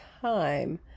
time